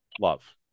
love